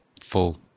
full